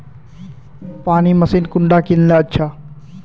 पानी मशीन कुंडा किनले अच्छा?